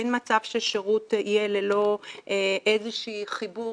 אין מצב ששירות יהיה ללא איזה שהוא חיבור